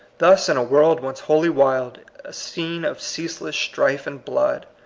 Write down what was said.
thus, in a world once wholly wild, a scene of ceaseless strife and blood,